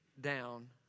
down